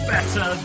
Better